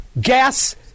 gas